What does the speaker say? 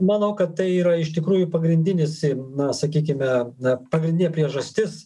manau kad tai yra iš tikrųjų pagrindinis na sakykime na pagrindinė priežastis